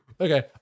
Okay